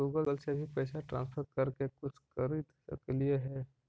Google से भी पैसा ट्रांसफर कर के कुछ खरिद सकलिऐ हे?